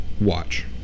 watch